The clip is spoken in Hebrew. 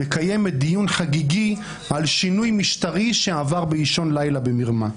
מקיימת דיון חגיגי על שינוי משטרי שעבר באישון לילה במרמה.